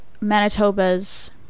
manitoba's